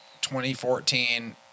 2014